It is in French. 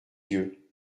yeux